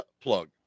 plug